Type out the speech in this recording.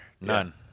None